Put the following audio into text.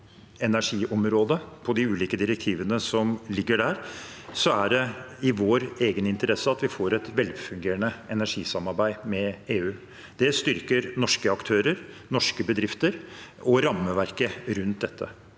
energiområdet, på de ulike direktivene som ligger der, er det i vår egen interesse at vi får et velfungerende energisamarbeid med EU. Det styrker norske aktører, norske bedrifter og rammeverket rundt dette.